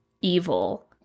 evil